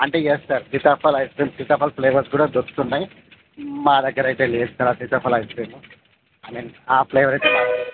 అంటే yes sir సీతాఫలం ice cream సీతాఫలమ ఫ్లేవర్స్ కూడా దొరుకుతున్నాయి మా దగ్గర అయితే లేదు సార్ ఆ సీతాఫలమ ఐస్ క్రీమ్ ఐ మీన్ ఆ ఫ్లేవర్ అయితే